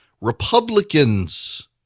Republicans